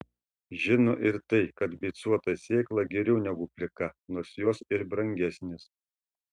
žino ir tai kad beicuota sėkla geriau negu plika nors jos ir brangesnės